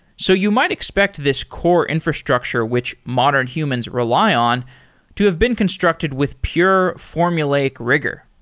so you might expect this core infrastructure which modern humans rely on to have been constructed with pure formulaic rigor.